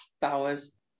Bowers